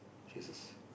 Jesus